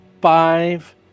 five